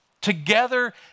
Together